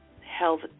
Health